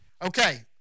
Okay